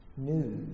News